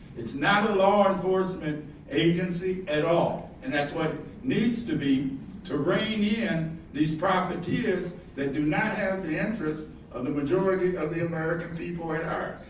it's not a law enforcement agency at all and that's what needs to be to rein in these profiteers that do not have the interest of the majority of the american people at heart.